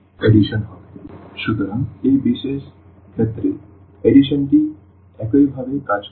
a1a2anb1b2bna1b1a2b2anbn সুতরাং এই বিশেষ ক্ষেত্রে সংযোজনটি এভাবেই কাজ করে